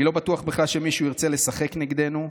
אני לא בטוח בכלל שמישהו ירצה לשחק נגדנו,